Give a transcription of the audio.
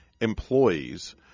employees